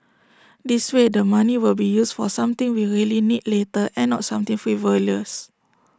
this way the money will be used for something we really need later and not something frivolous